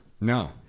No